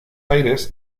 aires